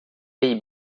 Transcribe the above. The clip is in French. pays